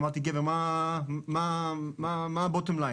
אמרתי לו "גבר, מה השורה התחתונה?